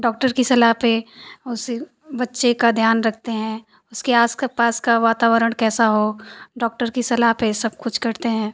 doctor की सलाह पर उसे बच्चे का ध्यान रखते हैं उसके आस का पास का वातावरण कैसा हो डॉक्टर कि सलाह पर सब कुछ करते हैं